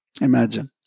Imagine